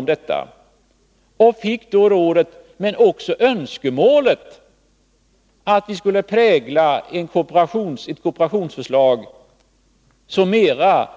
Man framförde då rådet och önskemålet att låta kooperationsförslaget mera